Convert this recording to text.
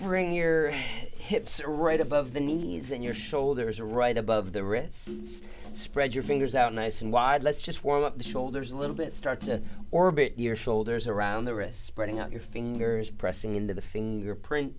ring here hips are right above the knees and your shoulders are right above the wrists spread your fingers out nice and wide let's just warm up the shoulders a little bit start to orbit your shoulders around the wrist spreading out your fingers pressing into the fingerprint